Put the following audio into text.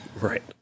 Right